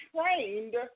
trained